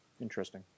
Interesting